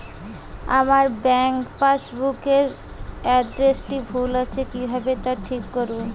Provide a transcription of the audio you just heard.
আমার bank passbook এর এড্রেসটি ভুল আছে কিভাবে তা ঠিক করবো?